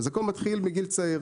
אז הכול מתחיל בגיל צעיר,